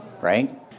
right